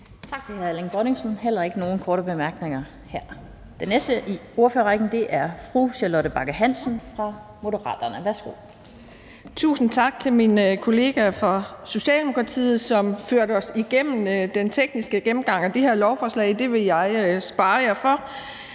Tak til hr. Erling Bonnesen. Der er heller ikke nogen korte bemærkninger her. Den næste i ordførerrækken er fru Charlotte Bagge Hansen fra Moderaterne. Værsgo. Kl. 12:55 (Ordfører) Charlotte Bagge Hansen (M): Tusind tak til min kollega fra Socialdemokratiet, som førte os igennem den tekniske gennemgang af det her lovforslag. Det vil jeg spare jer for.